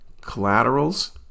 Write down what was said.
collaterals